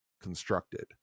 constructed